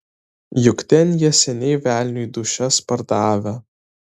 juk ten jie seniai velniui dūšias pardavę